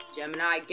Gemini